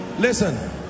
listen